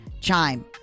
Chime